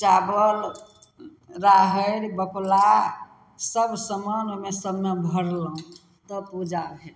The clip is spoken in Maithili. चावल राहड़ि बकला सब समान ओहिमे सबमे भरलहुँ तब पूजा भेल